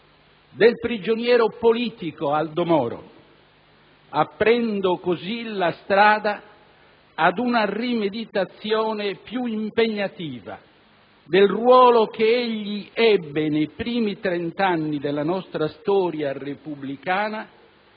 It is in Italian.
del prigioniero politico Aldo Moro, aprendo così la strada ad una rimeditazione più impegnativa del ruolo che egli ebbe nei primi trent'anni della nostra storia repubblicana